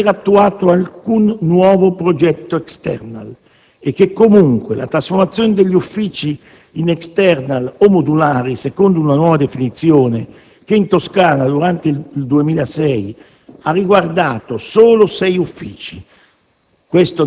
di non aver attuato alcun «nuovo progetto *external*» e che, comunque, la trasformazione degli uffici in «*external*» - o «modulari», secondo una nuova definizione - che in Toscana, durante il 2006, ha riguardato solo sei uffici,